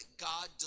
God